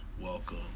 Welcome